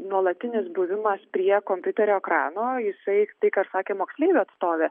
nuolatinis buvimas prie kompiuterio ekrano jisai tai ką ir sakė moksleivių atstovė